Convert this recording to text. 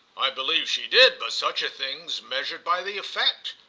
i believe she did, but such a thing's measured by the effect.